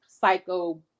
psycho